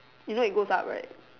you know it goes up right